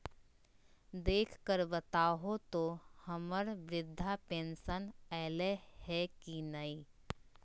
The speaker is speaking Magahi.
देख कर बताहो तो, हम्मर बृद्धा पेंसन आयले है की नय?